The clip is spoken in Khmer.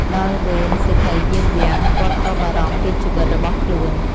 ដល់វេនសេដ្ឋីយាមវាំង គាត់ក៏បារម្ភពីជីវិតរបស់ខ្លួន។